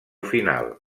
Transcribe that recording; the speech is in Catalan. final